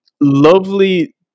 lovely